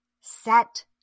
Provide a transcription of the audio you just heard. set